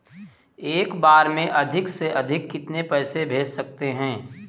एक बार में अधिक से अधिक कितने पैसे भेज सकते हैं?